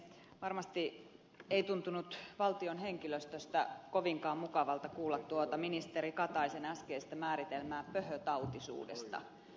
varmasti ei tuntunut valtion henkilöstöstä kovinkaan mukavalta kuulla tuota ministeri kataisen äskeistä määritelmää pöhötautisuudesta